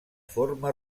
forma